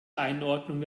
einordnung